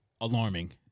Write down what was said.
alarming